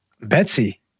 Betsy